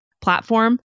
platform